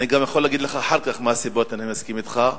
אני גם יכול להגיד לך אחר כך מה הסיבות שאני מסכים אתך.